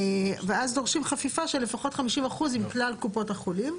ואז דורשים חפיפה של לפחות 50% עם כלל קופות החולים.